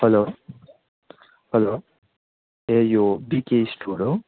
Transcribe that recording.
hello hello ए यो BK store हो